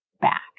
back